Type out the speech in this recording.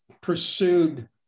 pursued